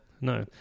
No